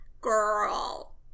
Girl